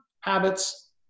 habits